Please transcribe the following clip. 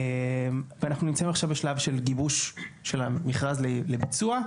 ואנחנו נמצאים עכשיו בשלב גיבוש המכרז לביצוע.